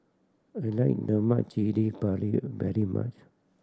I like lemak cili padi very much